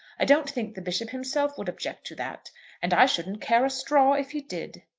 i don't think the bishop himself would object to that and i shouldn't care a straw if he did.